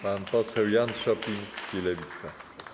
Pan poseł Jan Szopiński, Lewica.